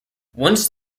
once